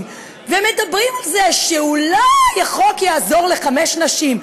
ומדברים על זה שאולי החוק יעזור לחמש נשים.